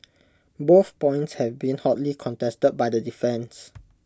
both points have been hotly contested by the defence